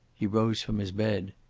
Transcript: he rose from his bed.